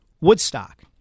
Woodstock